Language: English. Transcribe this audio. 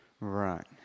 Right